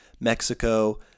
Mexico